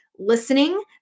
listening